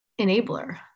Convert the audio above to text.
enabler